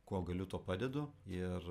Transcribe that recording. kuo galiu tuo padedu ir